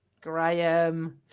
Graham